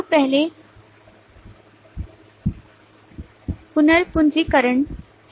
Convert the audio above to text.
तो पहले पुनर्पूंजीकरण है